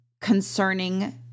concerning